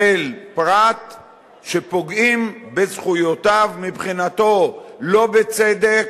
של פרט שפוגעים בזכויותיו, מבחינתו, לא בצדק,